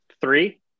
Three